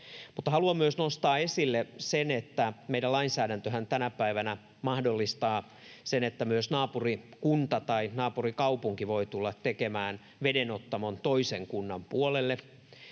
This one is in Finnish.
haluan myös nostaa esille sen, että meidän lainsäädäntömmehän tänä päivänä mahdollistaa sen, että myös naapurikunta tai naapurikaupunki voi tulla tekemään vedenottamon toisen kunnan puolelle